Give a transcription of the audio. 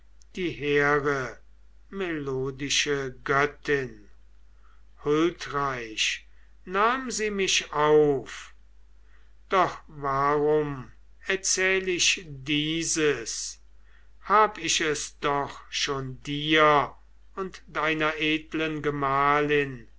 die hehre melodische göttin huldreich nahm sie mich auf doch warum erzähl ich dir dieses hab ich es doch schon dir und deiner edlen gemahlin